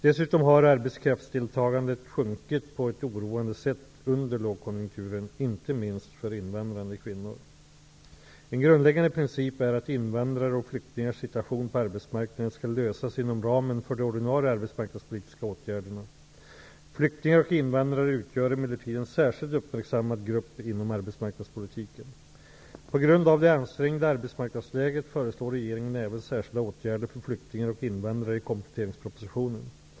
Dessutom har arbetskraftsdeltagandet sjunkit på ett oroande sätt under lågkonjunkturen, inte minst för invandrade kvinnor. En grundläggande princip är att invandrares och flyktingars situation på arbetsmarknaden skall lösas inom ramen för de ordinarie arbetsmarknadspolitiska åtgärderna. Flyktingar och invandrare utgör emellertid en särskilt uppmärksammad grupp inom arbetsmarknadspolitiken. På grund av det ansträngda arbetsmarknadsläget föreslår regeringen i kompletteringspropositionen även särskilda åtgärder för flyktingar och invandrare.